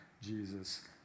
Jesus